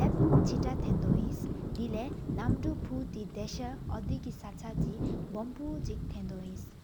ལབ་ཆི་ཏག་ཐེན་དོ་ཨིན་དེ་ལེ་ནམ་དུ་ཕུ་ཏེ་དེ་དོ། ཨོ་དེ་གི་ས་ཆ་བོམ་པོ་ཆིག་ཐན་དོ་ཨིནས།